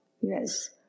Yes